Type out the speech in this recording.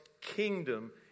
kingdom